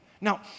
Now